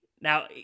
Now